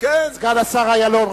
סגן השר אילון.